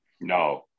No